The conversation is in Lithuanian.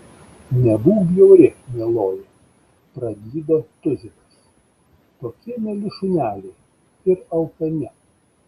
nebūk bjauri mieloji pragydo tuzikas tokie mieli šuneliai ir alkani